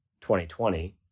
2020